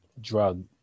drug